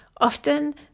Often